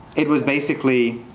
it was basically,